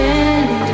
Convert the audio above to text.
end